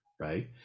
right